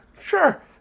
Sure